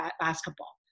basketball